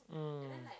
mm